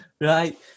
right